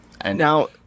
Now